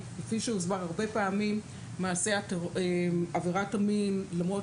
כי כפי שהוסבר הרבה פעמים עבירת המין למרות